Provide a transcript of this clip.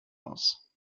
aus